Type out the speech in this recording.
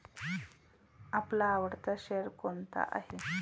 आपला आवडता शेअर कोणता आहे?